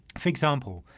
for example,